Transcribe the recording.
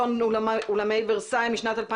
כולנו זוכרים את אסון ורסאי בשנת 2001,